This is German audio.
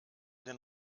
den